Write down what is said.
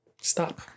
Stop